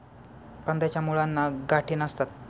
कंदाच्या मुळांना गाठी नसतात